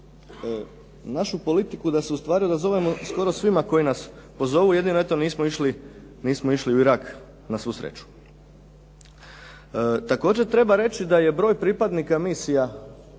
našu politiku da se ustvari odazovemo svima koji nas pozovu, jedino eto nismo išli u Irak na svu sreću. Također treba reći da je broj pripadnika misija